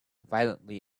violently